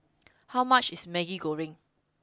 how much is Maggi Goreng